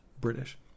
British